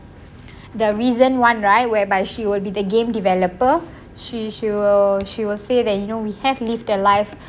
the reason one right whereby she would be the game developer she she will she will say that you know we have lived their life